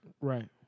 right